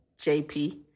jp